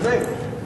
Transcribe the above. באמת.